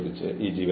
ന്യായമായ ഭരണം